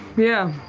yeah.